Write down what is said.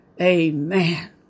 Amen